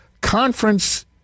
conference